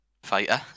fighter